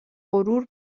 غرور